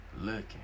looking